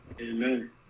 Amen